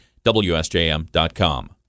WSJM.com